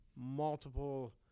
multiple